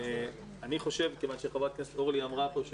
אני חושב, כיוון חברת הכנסת אורלי אמרה פה,